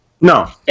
No